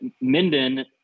Minden